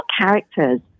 characters